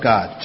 God